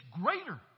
greater